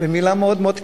מלה מאוד מאוד קטנה,